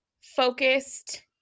focused